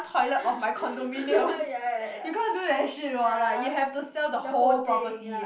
ya ya ya ya the whole thing ya